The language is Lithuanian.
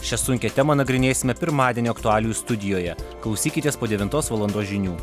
šią sunkią temą nagrinėsime pirmadienio aktualijų studijoje klausykitės po devintos valandos žinių